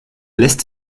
lässt